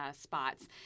spots